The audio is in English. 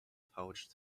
pouch